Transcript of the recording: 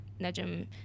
najm